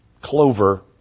clover